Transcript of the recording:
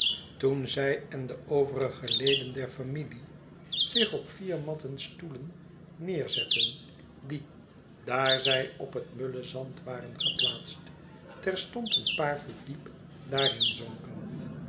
toen zij en de overige leden der familie zich op vier matten stoelen neerzetten die daar zij op het mulle zand waren geplaatst terstond een paar voet diep daarin zonken